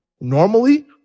normally